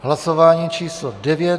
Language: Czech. Hlasování číslo 9.